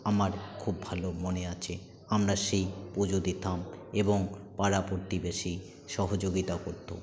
আমার খুব ভালো মনে আছে আমরা সেই পুজো দিতাম এবং পাড়া প্রতিবেশী সহযোগিতা করত